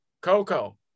Coco